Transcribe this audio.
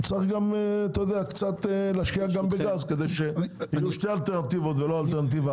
צריך גם להשקיע גם בגז כדי שיהיו שתי חלופות ולא אחת.